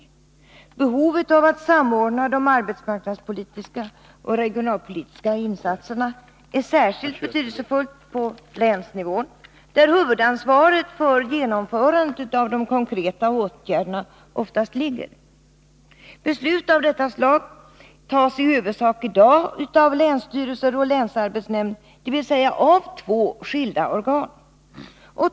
Behovet av att samordna de arbetsmarknadspolitiska och regionalpolitiska insatserna är särskilt betydelsefullt på länsnivån, där huvudansvaret för genomförandet av de konkreta åtgärderna oftast ligger. Beslut av detta slag fattas i dag i huvudsak av länsstyrelse och länsarbetsnämnd, dvs. av två skilda organ.